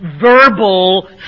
verbal